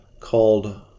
called